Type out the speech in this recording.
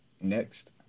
Next